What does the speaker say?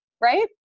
right